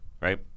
Right